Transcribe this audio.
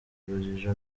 urujijo